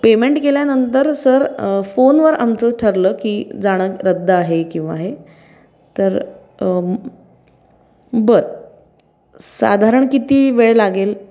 payment केल्यानंतर sir फोनवर आमचं ठरलं की जाणं रद्द आहे किंवा हे तर बरं साधारण किती वेळ लागेल